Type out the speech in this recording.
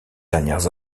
dernières